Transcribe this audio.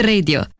Radio